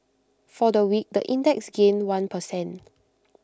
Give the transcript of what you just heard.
for the week the index gained one per cent